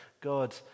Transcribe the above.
God